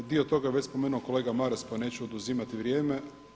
Dio toga već je spomenuo kolega Maras pa neću oduzimati vrijeme.